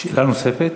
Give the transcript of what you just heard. שאלה נוספת.